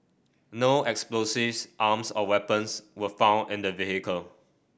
no explosives arms or weapons were found in the vehicle